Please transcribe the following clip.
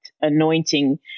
anointing